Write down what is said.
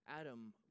Adam